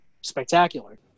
spectacular